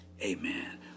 Amen